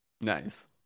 Nice